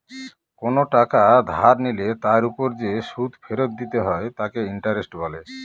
কোন টাকা ধার নিলে তার ওপর যে সুদ ফেরত দিতে হয় তাকে ইন্টারেস্ট বলে